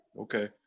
Okay